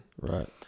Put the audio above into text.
Right